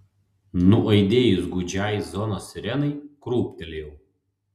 nuaidėjus gūdžiai zonos sirenai krūptelėjau